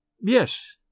Yes